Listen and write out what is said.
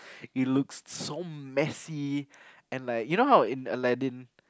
it looks so messy and like you know how in Aladdin